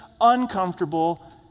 uncomfortable